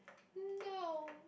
no